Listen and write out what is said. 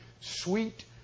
sweet